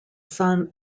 son